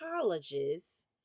colleges